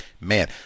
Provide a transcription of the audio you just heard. man